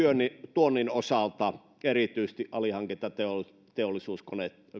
tuonnin osalta erityisesti alihankinta